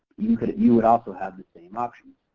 you would you would also have the same options.